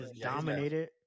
dominated